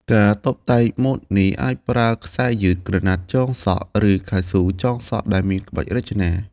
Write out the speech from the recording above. ការតុបតែងម៉ូតនេះ អាចប្រើខ្សែយឺត ក្រណាត់ចងសក់ ឬកៅស៊ូចងសក់ដែលមានក្បាច់រចនា។